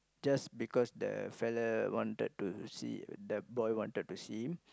just because the fellow wanted to see the boy wanted to see